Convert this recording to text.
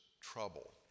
trouble